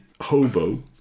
hobo